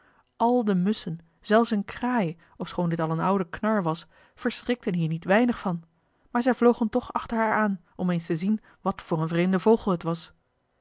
al de musschen zelfs een kraai ofschoon dit al een oude knar was verschrikten hier niet weinig van maar zij vlogen toch achter haar aan om eens te zien wat voor een vreemde vogel het was